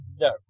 No